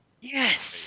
Yes